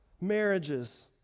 marriages